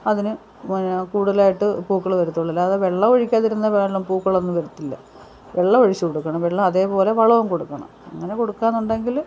അതിന് പിന്നെ കൂടലായിട്ട് പൂക്കൾ വരത്തൊള്ളു അല്ലാതെ വെള്ളം ഒഴിക്കാതിരുന്നാൽ വേനലും പൂക്കളൊന്നും വരത്തില്ല വെള്ളം ഒഴിച്ച് കൊടുക്കണം വെള്ളം അതേപോലെ വളോം കൊടുക്കണം അങ്ങനെ കൊടുക്കാന്നുണ്ടെങ്കിൽ